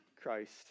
Christ